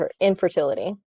infertility